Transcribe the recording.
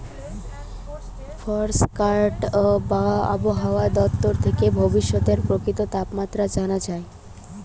forecast বা আবহায়া দপ্তর থেকে ভবিষ্যতের প্রাকৃতিক তাপমাত্রা জানা যায়